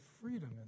freedom